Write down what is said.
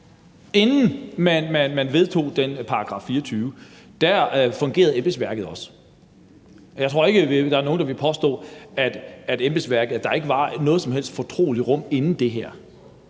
Inden man vedtog § 24, fungerede embedsværket også. Jeg tror ikke, at der er nogen, der vil påstå, at der ikke var noget som helst fortroligt rum inden det her,